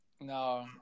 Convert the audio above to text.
No